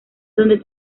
donde